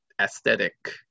aesthetic